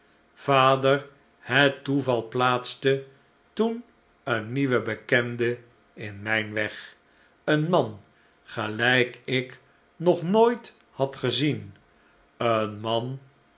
vader het toeval plaatste toen een nieuwe bekende in mijn weg een man gelijk ik nog nooit had gezien een man